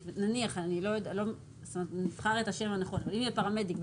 גם נראה לי מאוד נכון לחוקק כך את